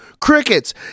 Crickets